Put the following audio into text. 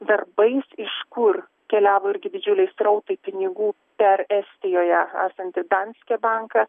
darbais iš kur keliavo irgi didžiuliai srautai pinigų per estijoje esantį danske banką